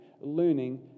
learning